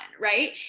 right